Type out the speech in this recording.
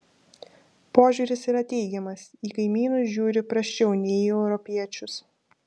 požiūris yra teigiamas į kaimynus žiūri prasčiau nei į europiečius